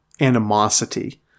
animosity